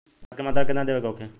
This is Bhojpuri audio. खाध के मात्रा केतना देवे के होखे?